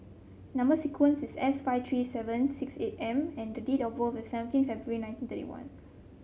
number sequence is S five three seven six eight M and the date of birth is seventeen February nineteen thirty one